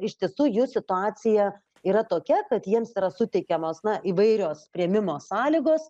iš tiesų jų situacija yra tokia kad jiems yra suteikiamos na įvairios priėmimo sąlygos